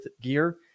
gear